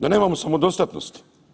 Da nemamo samodostatnost.